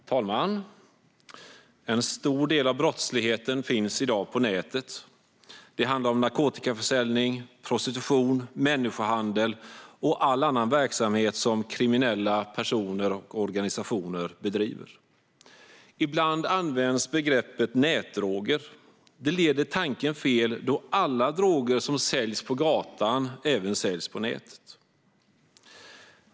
Fru talman! En stor del av brottsligheten finns i dag på nätet. Det handlar om narkotikaförsäljning, prostitution, människohandel och all annan verksamhet som kriminella personer och organisationer bedriver. Ibland används begreppet nätdroger. Det leder tanken fel, då alla droger som säljs på gatan även säljs på nätet.